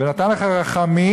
"ונתן לך רחמים",